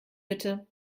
bitte